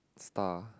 star